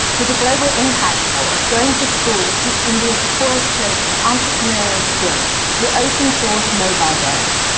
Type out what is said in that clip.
with a global impact award, going to school will teach india's poorest children entrepreneurial skills through open source mobile games.